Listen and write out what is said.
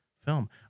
film